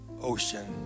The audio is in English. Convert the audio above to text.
ocean